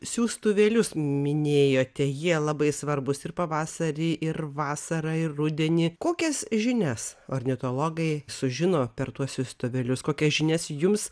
siųstuvėlius minėjote jie labai svarbūs ir pavasarį ir vasarą ir rudenį kokias žinias ornitologai sužino per tuos siųstuvėlius kokias žinias jums